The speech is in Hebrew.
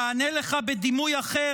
נענה לך בדימוי אחר,